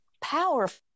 powerful